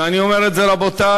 ואני אומר את זה, רבותי,